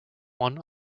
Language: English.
one